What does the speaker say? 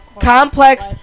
complex